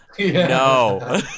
no